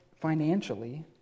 financially